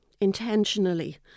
intentionally